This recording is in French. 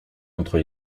contre